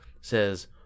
says